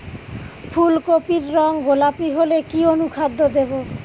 ফুল কপির রং গোলাপী হলে কি অনুখাদ্য দেবো?